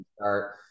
start